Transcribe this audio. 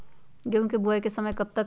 गेंहू की बुवाई का समय कब तक है?